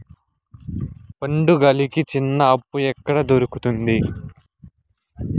పండుగలకి చిన్న అప్పు ఎక్కడ దొరుకుతుంది